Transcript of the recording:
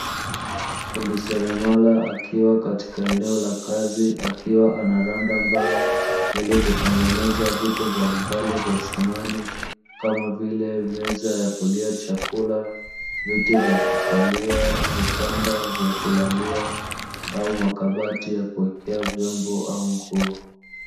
Fundi seremala akiwa eneo la kazi akiwa anaranda mbao ili kutengeneza vitu vya samani mbalimbali kama vile; meza ya kulia chakula, viti vya kukalia, vitanda vya kulalia au makabati ya kuwekea nguo au viombo.